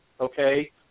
okay